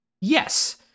Yes